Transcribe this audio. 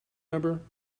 number